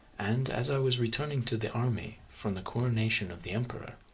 and as i was returning to the army from the coronation of the emperor,